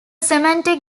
semantic